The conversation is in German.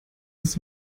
das